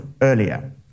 earlier